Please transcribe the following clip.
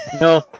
No